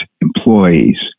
employees